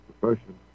profession